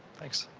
thanks.